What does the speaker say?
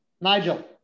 Nigel